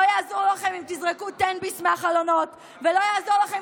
לא יעזור לכם אם תזרקו "תן ביס" מהחלונות ולא יעזור לכם